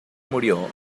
murió